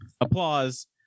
applause